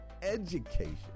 education